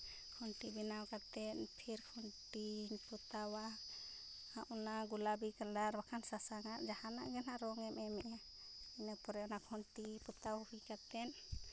ᱠᱷᱩᱱᱴᱤ ᱵᱮᱱᱟᱣ ᱠᱟᱛᱮᱫ ᱯᱷᱤᱨ ᱠᱷᱩᱱᱴᱤᱧ ᱯᱚᱛᱟᱣᱟ ᱟᱨ ᱚᱱᱟ ᱜᱩᱞᱟᱵᱤ ᱠᱟᱞᱟᱨ ᱵᱟᱠᱷᱟᱱ ᱥᱟᱥᱟᱝᱟᱜ ᱡᱟᱦᱟᱱᱟᱜ ᱜᱮ ᱱᱟᱜ ᱨᱚᱝᱳᱮᱢ ᱮᱢᱮᱜᱼᱟ ᱤᱱᱟᱹ ᱯᱚᱨᱮ ᱚᱱᱟ ᱠᱷᱚᱱ ᱛᱤ ᱯᱚᱛᱟᱣ ᱦᱩᱭ ᱠᱟᱛᱮᱫ